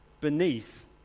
beneath